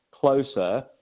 closer